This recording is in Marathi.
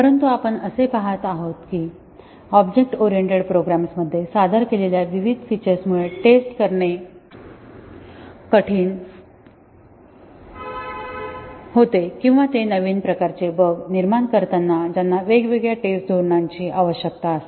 परंतु आपण असे पाहत होतो की ऑब्जेक्ट ओरिएंटेड प्रोग्राम्स मध्ये सादर केलेल्या विविध फीचर्स मुळे टेस्ट करणे कठीण होते किंवा ते नवीन प्रकारचे बग निर्माण करतात ज्यांना वेगवेगळ्या टेस्ट धोरणांची आवश्यकता असते